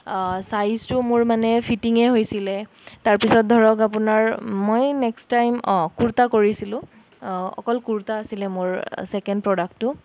চাইজটোও মোৰ মানে ফিটিঙেই হৈছিলে তাৰ পিছত ধৰক আপোনাৰ মই নেক্সট টাইম অঁ কুৰ্তা কৰিছিলোঁ অকল কুৰ্তা আছিলে মোৰ ছেকেণ্ড প্ৰডাক্টটো